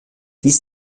weist